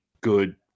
good